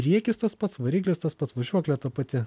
priekis tas pats variklis tas pats važiuoklė ta pati